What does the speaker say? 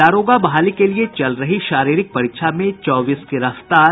दारोगा बहाली के लिये चल रही शारीरिक परीक्षा में चौबीस गिरफ्तार